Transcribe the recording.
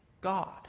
God